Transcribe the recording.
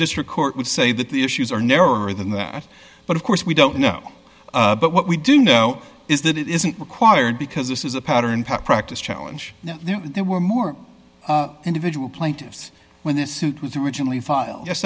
district court would say that the issues are narrower than that but of course we don't know but what we do know is that it isn't required because this is a pattern practice challenge and there were more individual plaintiffs when the suit was originally filed yes